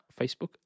Facebook